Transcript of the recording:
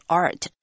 art